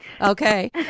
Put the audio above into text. Okay